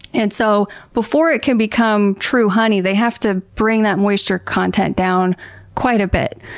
and so, before it can become true honey, they have to bring that moisture content down quite a bit.